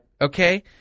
Okay